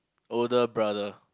older brother